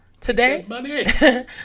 Today